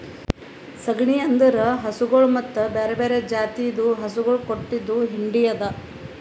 ಸಗಣಿ ಅಂದುರ್ ಹಸುಗೊಳ್ ಮತ್ತ ಬ್ಯಾರೆ ಬ್ಯಾರೆ ಜಾತಿದು ಹಸುಗೊಳ್ ಕೊಟ್ಟಿದ್ ಹೆಂಡಿ ಅದಾ